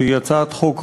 שהיא הצעת חוק ראויה,